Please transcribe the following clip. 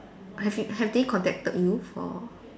have you have they contacted you for